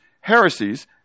heresies